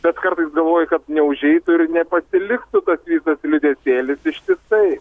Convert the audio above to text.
bet kartais galvoji kad neužeitų ir nepasiliktų tas visas liūdesėlis ištisai